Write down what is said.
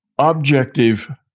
objective